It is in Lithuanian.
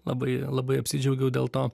labai labai apsidžiaugiau dėl to